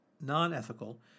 non-ethical